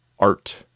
Art